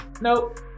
Nope